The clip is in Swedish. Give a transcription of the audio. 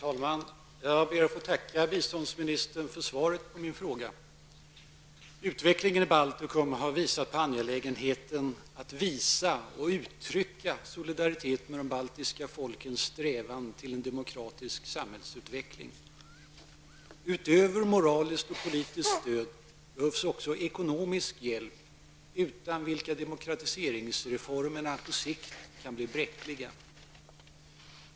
Fru talman! Jag ber att få tacka biståndsministern för svaret på min fråga. Utvecklingen i Baltikum har visat på angelägenheten av att visa och uttrycka solidaritet med de baltiska folkens strävan till en demokratisk samhällsutveckling. Utöver moraliskt och politiskt stöd behövs också ekonomisk hjälp, utan vilka demokratiseringsreformerna på sikt kan bli bräckliga.